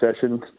session